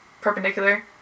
Perpendicular